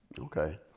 Okay